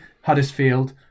Huddersfield